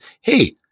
hey